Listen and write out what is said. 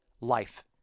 life